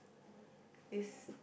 this